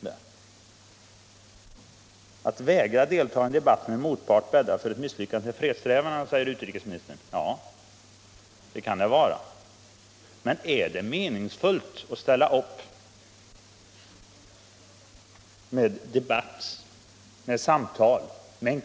Men ”att vägra delta i en debatt med en motpart bäddar för ett misslyckande i fredssträvandena”, säger utrikesministern sedan. Ja, så kan det vara, men är det meningsfullt att ställa upp för att försöka föra en debatt och samtal med